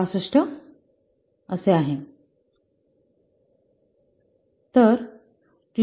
65 आहे